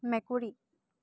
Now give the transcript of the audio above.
মেকুৰী